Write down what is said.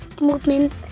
movement